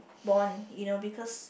bond you know because